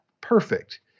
perfect